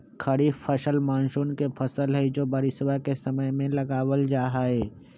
खरीफ फसल मॉनसून के फसल हई जो बारिशवा के समय में लगावल जाहई